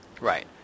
Right